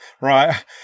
Right